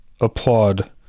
applaud